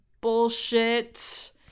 bullshit